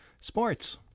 Sports